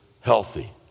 healthy